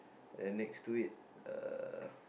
and then next to it uh